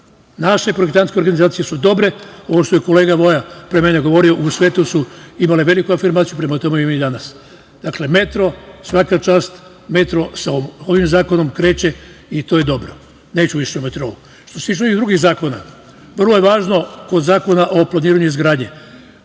Naše projektantske organizacije su dobre, ovo što je kolega Voja pre mene govorio, u svetu su imale veliku afirmaciju, prema tome, imaju i danas. Dakle, metro, svaka čast. Metro sa ovim zakonom kreće i to je dobro. Neću više o metrou. Što se tiče ovih drugih zakona, vrlo je važno kod Zakona o planiranju i izgradnji